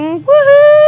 Woohoo